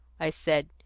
i said,